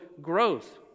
growth